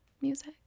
music